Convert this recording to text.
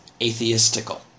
atheistical